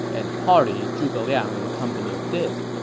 and party zhuge liang and company did.